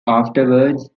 afterwards